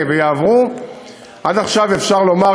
ויעברו וכו' עד עכשיו אפשר לומר,